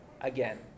again